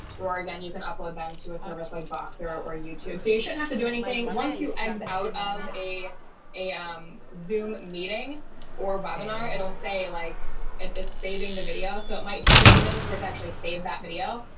again, you can upload them to a service like boxer or youtube. so you shouldn't have to do anything. once you exit out of a a um zoom meeting or webinar, it'll say like it it saving the video. so it might take a few minutes for actually save that video.